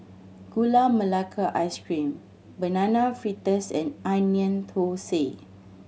Gula Melaka Ice Cream Banana Fritters and Onion Thosai